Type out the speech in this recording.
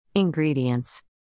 Ingredients